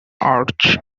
arch